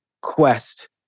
quest